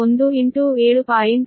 11 6 10 7